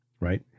right